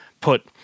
put